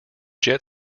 jet